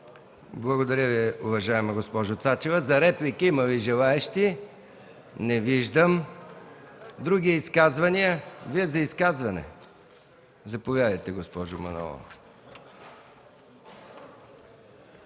Благодаря Ви, уважаема госпожо Цачева. За реплики има ли желаещи? Не виждам. Други изказвания има ли? Заповядайте, госпожо Манолова.